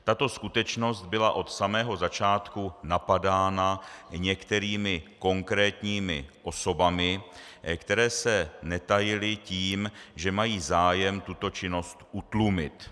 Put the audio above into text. Tato skutečnost byla od samého začátku napadána některými konkrétními osobami, které se netajily tím, že mají zájem tuto činnost utlumit.